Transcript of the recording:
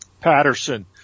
Patterson